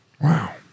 Wow